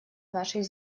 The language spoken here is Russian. нашей